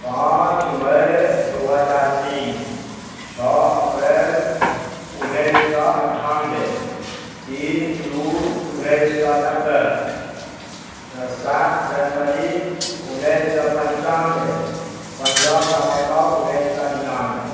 पाँच मइ दू हजार तीन छओ अप्रिल उन्नैस सए अन्ठानबे तीन जून उन्नैस सए नब्बे सात जनवरी उन्नैस सए पन्चानबे पन्द्रह नवम्बर उन्नैस सए निनानबे